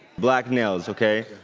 black nails, okay.